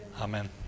Amen